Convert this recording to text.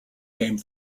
game